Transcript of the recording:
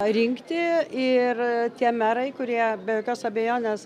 ar rinkti ir tie merai kurie be jokios abejonės